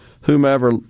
whomever